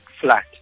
flat